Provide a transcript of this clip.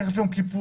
תיכף יום כיפור,